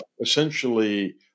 essentially